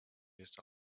used